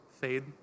fade